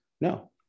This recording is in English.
No